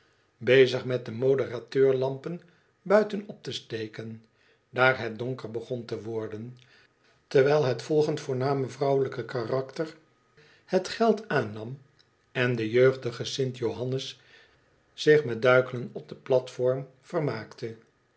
bezig met de moderateuiiampen buiten op te steken daar het donker begon te worden terwijl t volgende voorname vrouwelijke karakter het geld aannam en de jeugdige sl johannes zich met duikelen op den platform vermaakte